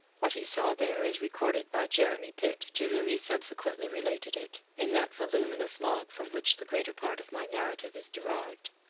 what he saw there is recorded by jeremy pitt to whom he subsequently related it in that voluminous log from which the greater part of my narrative is derived.